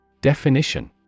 Definition